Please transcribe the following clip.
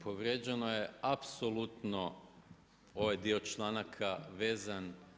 Povrijeđeno je apsolutno ovaj dio članaka vezan…